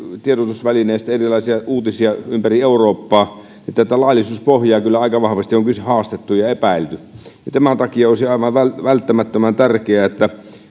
tiedotusvälineistä erilaisia uutisia ympäri eurooppaa tätä laillisuuspohjaa kyllä aika vahvasti on haastettu ja epäilty tämän takia olisi aivan välttämättömän tärkeää että